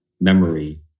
memory